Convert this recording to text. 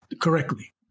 correctly